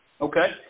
Okay